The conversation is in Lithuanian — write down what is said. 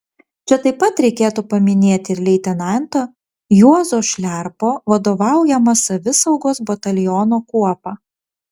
čia taip pat reikėtų paminėti ir leitenanto juozo šliarpo vadovaujamą savisaugos bataliono kuopą